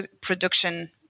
production